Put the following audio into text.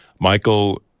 Michael